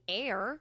air